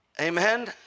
Amen